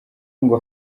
ngo